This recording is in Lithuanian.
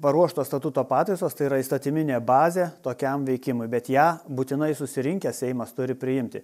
paruoštos statuto pataisos tai yra įstatyminė bazė tokiam veikimui bet ją būtinai susirinkęs seimas turi priimti